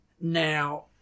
Now